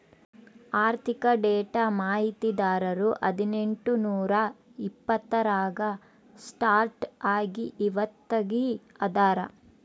ಆರ್ಥಿಕ ಡೇಟಾ ಮಾಹಿತಿದಾರರು ಹದಿನೆಂಟು ನೂರಾ ಎಪ್ಪತ್ತರಾಗ ಸ್ಟಾರ್ಟ್ ಆಗಿ ಇವತ್ತಗೀ ಅದಾರ